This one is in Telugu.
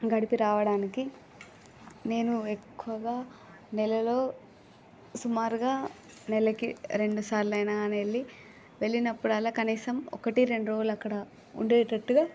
గడిపి రావడానికి నేను ఎక్కువగా నెలలో సుమారుగా నెలకి రెండు సార్లు అయినా గాని వెళ్ళి వెళ్ళినప్పుడల్ల కనీసం ఒకటి రెండు రోజులు అక్కడ ఉండేటట్టుగా